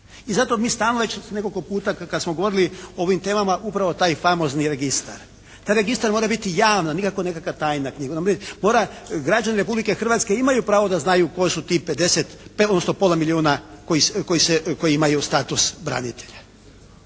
I zato mi stalno već nekoliko puta kada smo govorili o ovim temama upravo taj famozni registar. Taj registar mora biti javan nikako neka tajna knjiga. Mora, građani Republike Hrvatske imaju pravo da znaju tko su ti pedeset, odnosno pola milijuna koji se, koji imaju status branitelja.